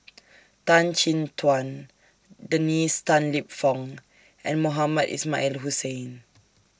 Tan Chin Tuan Dennis Tan Lip Fong and Mohamed Ismail Hussain